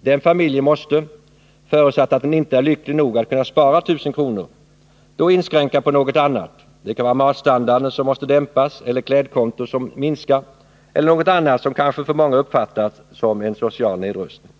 Den familjen måste, förutsatt att den inte är lycklig nog att kunna spara 19000 kr., då inskränka på något annat. Det kan vara matstandarden som måste dämpas, klädkontot som måste minskas eller något annat som kanske för många uppfattas som en social nedrustning.